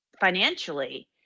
financially